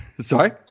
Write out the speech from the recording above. Sorry